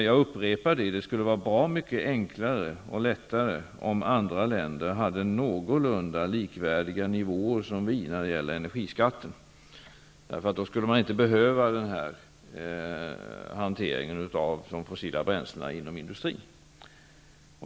Jag upprepar: Det skulle vara bra mycket enklare ocn lättare om andra länder hade någorlunda likvärdiga nivåer med vår inom energibeskattningen. Då skulle man inte behöva den här hanteringen av fossila bränslen inom industrin.